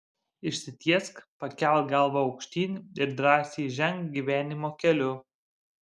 išsitiesk pakelk galvą aukštyn ir drąsiai ženk gyvenimo keliu